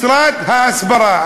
משרד ההסברה.